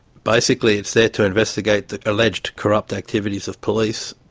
basically it's there to investigate the alleged corrupt activities of police.